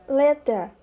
letter